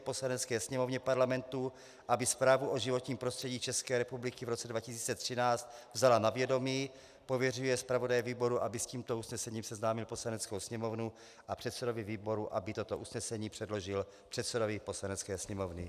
Poslanecké sněmovně Parlamentu, aby Zprávu o životním prostředí České republiky v roce 2013 vzala na vědomí, pověřuje zpravodaje výboru, aby s tímto usnesením seznámil Poslaneckou sněmovnu, a předsedu výboru, aby toto usnesení předložil předsedovi Poslanecké sněmovny.